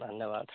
ଧନ୍ୟବାଦ